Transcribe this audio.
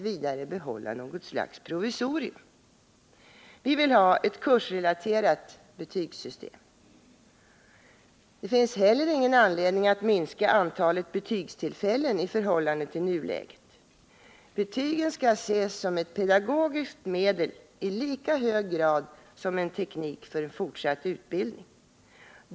v. behålla något slags provisorium. Vi vill ha ett kursrelaterat betygssystem. Det finns heller ingen anledning att minska antalet betygstillfällen i förhållande till nuläget. Betygen skall ses som ett pedagogiskt medel i lika hög grad som en teknik för antagning till fortsatt utbildning.